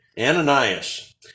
Ananias